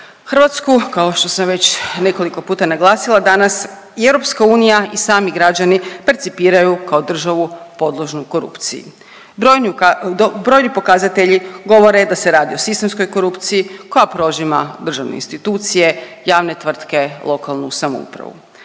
Hrvatsku kao što sam već nekoliko puta naglasila, danas i EU i sami građani percipiraju kao državu podložnu korupciji. Brojni pokazatelji govore da se radi o sistemskoj korupciji koja prožima državne institucije, javne tvrtke, lokalnu samoupravu.